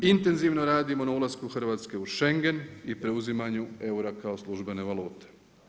Intenzivno radimo na ulasku Hrvatske u Schengen i preuzimanju eura kao službene valute.